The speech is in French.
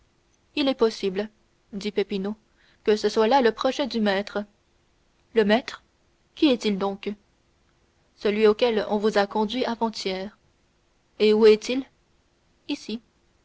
il est possible dit peppino que ce soit là le projet du maître le maître qui est-il donc celui auquel on vous a conduit avant-hier et où est-il ici